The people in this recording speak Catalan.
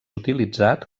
utilitzat